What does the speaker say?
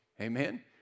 Amen